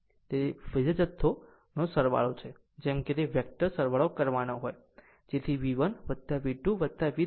આમ તે એક ફેઝર સરવાળો છે જેમ કે વેક્ટર સરવાળો કરવાનો હોય જેથી V1 V2 V3 I